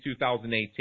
2018